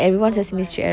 no but